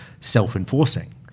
self-enforcing